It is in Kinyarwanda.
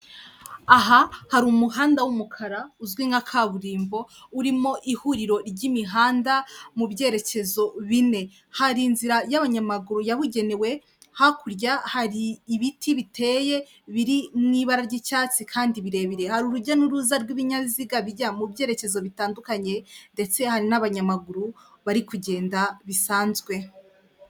Aha hari umuhanda w'umukara uzwi nka kaburimbo, urimo ihuriro ry'imihanda mu byerekezo bine. Hari inzira y'abanyamaguru yabugenewe, hakurya hari ibiti biteye biri mu ibara ry'icyatsi kandi birebire. Hari urujya n'uruza rw'ibinyabiziga bijya mu byerekezo bitandukanye, ndetse hari n'abanyamaguru bari kugenda bisanzwe.